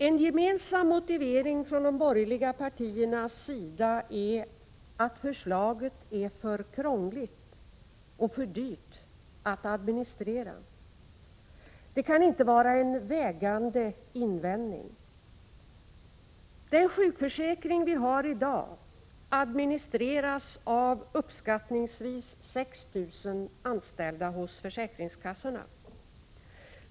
En gemensam motivering från de borgerliga partiernas sida är att förslaget är för krångligt och för dyrt att administrera. Det kan inte vara en vägande invändning. Den sjukförsäkring vi har i dag administreras av uppskattningsvis 6 000 anställda hos försäkringskassorna.